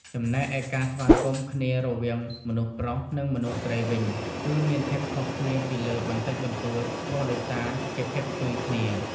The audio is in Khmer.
ចំណែកឯការស្វាគមន៍គ្នារវាងមនុស្សប្រុស និង មនុស្សស្រីវិញ គឺមានភាពខុសគ្នាពីលើបន្តិចបន្ដួច ព្រោះដោយសារជា ភេទផ្ទុយគ្នា។